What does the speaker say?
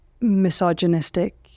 misogynistic